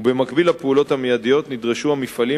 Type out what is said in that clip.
ובמקביל לפעולות המיידיות נדרשו המפעלים